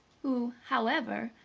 who, however,